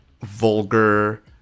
vulgar